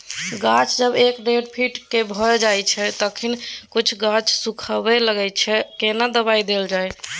गाछ जब एक डेढ फीट के भ जायछै तखन कुछो गाछ सुखबय लागय छै केना दबाय देल जाय?